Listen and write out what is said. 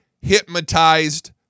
hypnotized